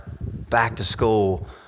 back-to-school